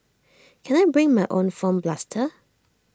can I bring my own foam blaster